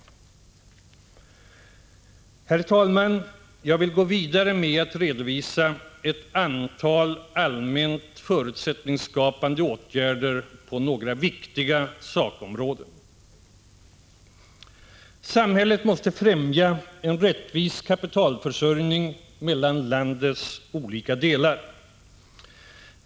Herr talman! Jag vill då gå vidare med att redovisa ett antal allmänt förutsättningsskapande åtgärder på några viktiga sakområden. 1. Samhället måste främja en rättvis kapitalförsörjning mellan landets olika delar.